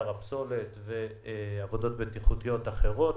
בהר הפסולת ועבודות בטיחותיות אחרות.